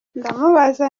ndamubaza